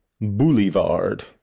boulevard